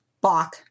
Bach